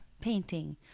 painting